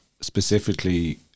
specifically